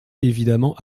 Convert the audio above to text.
évidemment